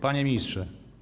Panie Ministrze!